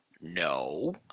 No